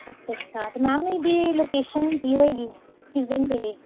ਅੱਛਾ ਅੱਛਾ ਤਾਂ ਮੈਮ ਇਹਦੀ ਲੋਕੇਸ਼ਨ ਕੀ ਹੋਏਗੀ ਕਿਸ ਦੇ ਨੇੜੇ